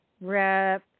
Rep